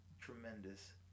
Tremendous